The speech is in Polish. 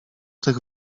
tych